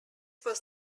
was